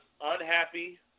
unhappy